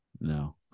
No